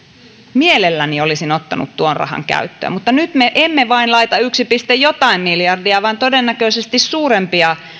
mielelläni olisin ottanut tuon rahan käyttöön mutta nyt me emme vain laita yksi piste jotain miljardia vaan todennäköisesti suurempia